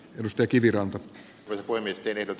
tästä kiviranta luonnehti vedot